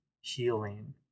healing